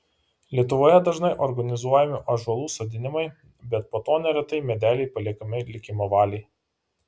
lietuvoje dažnai organizuojami ąžuolų sodinimai bet po to neretai medeliai paliekami likimo valiai